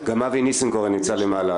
גם אבי ניסנקורן נמצא למעלה,